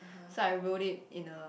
so I wrote it in a